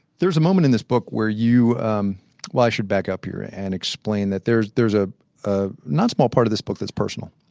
there's a moment in this book where um well i should back up here and explain that there's there's ah a not small part of this book that's personal,